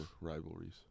rivalries